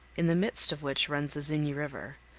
in the midst of which runs the zuni river,